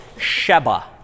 Sheba